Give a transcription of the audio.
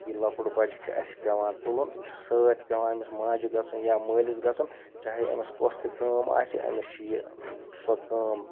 یہِ لۄکُٹ بَچہِ چھُ اَسہِ پٮ۪وان تُلُن یہِ چھِ سۭتۍ پٮ۪وان أمِس ماجہِ گژھُن یا مٲلِس گژھُن چاہے أمِس کۄس تہِ کٲم آسہِ أمِس چھِ یہِ سۄ کٲم